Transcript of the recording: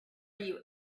you